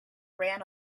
ran